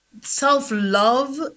self-love